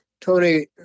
Tony